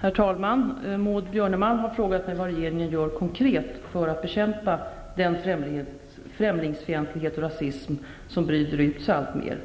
Herr talman! Maud Björnemalm har frågat mig vad regeringen gör konkret för att bekämpa den främlingsfientlighet och rasism som breder ut sig alltmer.